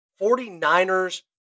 49ers